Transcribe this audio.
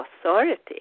Authority